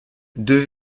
deux